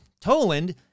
Toland